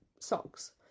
socks